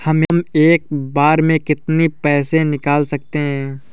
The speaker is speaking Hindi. हम एक बार में कितनी पैसे निकाल सकते हैं?